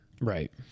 Right